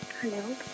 Hello